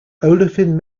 olefin